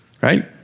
Right